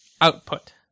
output